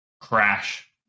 crash